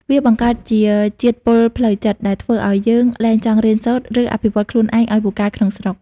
វាបង្កើតជា "ជាតិពុលផ្លូវចិត្ត" ដែលធ្វើឱ្យយើងលែងចង់រៀនសូត្រ ឬអភិវឌ្ឍខ្លួនឯងឱ្យពូកែក្នុងស្រុក។